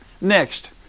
Next